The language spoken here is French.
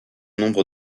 nombre